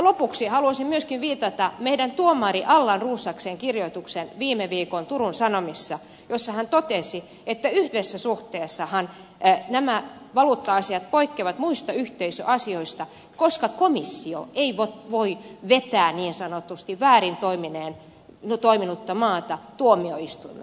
lopuksi haluaisin myöskin viitata meidän tuomarimme allan rosaksen kirjoitukseen viime viikon turun sanomissa jossa hän totesi että yhdessä suhteessahan nämä valuutta asiat poikkeavat muista yhteisöasioista koska komissio ei voi vetää niin sanotusti väärin toiminutta maata tuomioistuimeen